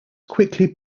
quickly